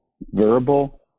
verbal